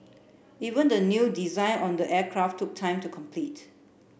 even the new design on the aircraft took time to complete